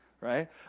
right